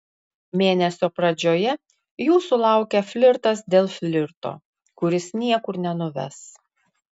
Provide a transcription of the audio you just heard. mėnesio pradžioje jūsų laukia flirtas dėl flirto kuris niekur nenuves